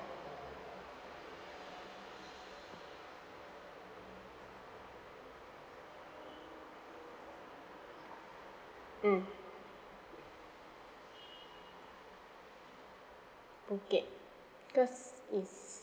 mm phuket cause it's